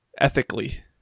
Ethically